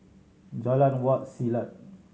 Jalan Wak Selat